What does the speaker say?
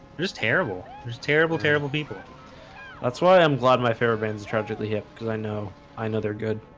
there's terrible. there's terrible terrible people that's why i'm glad my favorite bands tragically hip because i know i know they're good.